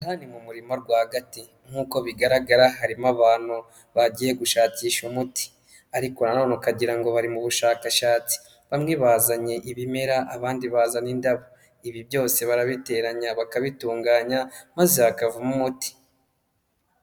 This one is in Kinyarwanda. Aha ni mu murima rwagati nk'uko bigaragara harimo abantu bagiye gushakisha umuti ariko nanone ukagira ngo bari mu bushakashatsi. Bamwe bazanye ibimera abandi bazana indabo, ibi byose barabiteranya bakabitunganya maze hakavamo umuti.